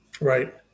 Right